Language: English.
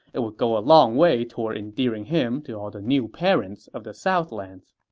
it would go a long way toward endearing him to all the new parents of the southlands